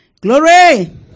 Glory